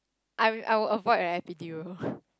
I will I will avoid a epidural